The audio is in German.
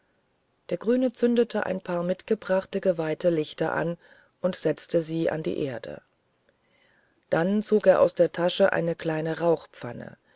der grüne zündete ein paar mitgebrachte geweihte lichter an und setzte sie an die erde dann zog er aus der tasche eine kleine